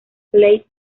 plate